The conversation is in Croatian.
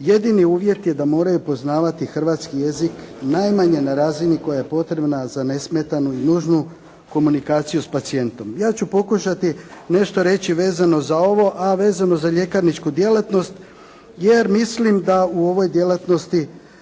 jedini uvjet je da moraju poznavati hrvatski jezik najmanje na razini koja je potrebna za nesmetanu i nužnu komunikaciju s pacijentom. Ja ću pokušati nešto reći vezano za ovo, a vezano za ljekarničku djelatnosti, jer mislim da u ovoj djelatnosti